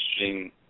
interesting